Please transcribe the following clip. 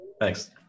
Thanks